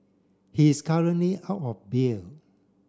he is currently out on bail